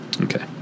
okay